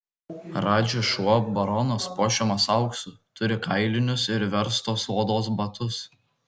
radži šuo baronas puošiamas auksu turi kailinius ir verstos odos batus